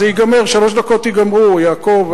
זה ייגמר, השלוש דקות ייגמרו, יעקב.